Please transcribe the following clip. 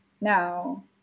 now